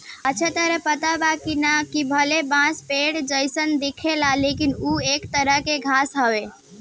अच्छा ताहरा पता बा की ना, कि भले बांस पेड़ जइसन दिखेला लेकिन उ एक तरह के घास हवे